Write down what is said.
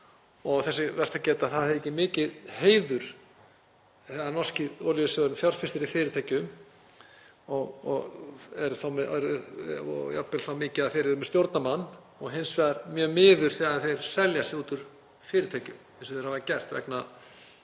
að geta þess að það þykir mikill heiður þegar norski olíusjóðurinn fjárfestir í fyrirtækjum, jafnvel það mikið að þeir eru með stjórnarmann, og hins vegar mjög miður þegar þeir selja sig út úr fyrirtækjum eins og þeir hafa gert vegna